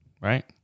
right